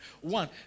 One